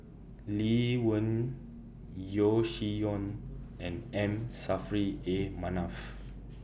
Lee Wen Yeo Shih Yun and M Saffri A Manaf